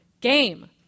game